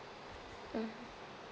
mmhmm